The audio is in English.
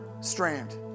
strand